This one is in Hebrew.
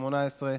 התשע"ח 2018,